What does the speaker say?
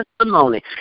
testimony